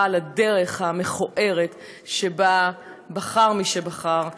על הדרך המכוערת שבה בחר מי שבחר לסיים.